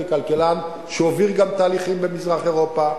ככלכלן שהוביל גם תהליכים במזרח-אירופה,